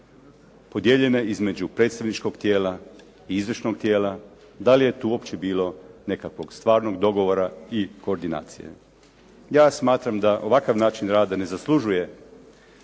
podijeljene između predstavničkog tijela i izvršnog tijela, da li je tu uopće bilo nekakvog stvarnog dogovora i koordinacije. Ja smatram da ovakav način rada ne zaslužuje